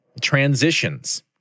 transitions